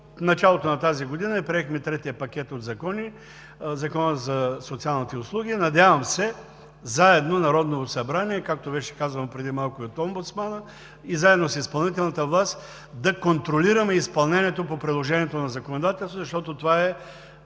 началото на тази година приехме третия от пакета закони – Закона за социалните услуги. Надявам се заедно – Народното събрание, както беше казано и преди малко от омбудсмана, и изпълнителната власт, да контролираме изпълнението по приложението на законодателството, защото това е